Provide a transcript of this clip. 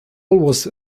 was